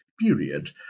period